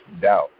doubt